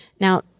Now